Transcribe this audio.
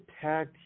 tag